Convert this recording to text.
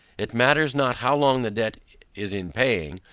it matters not how long the debt is in paying,